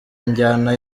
njyana